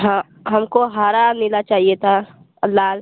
हाँ हमको हरा नीला चाहिए था और लाल